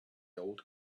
old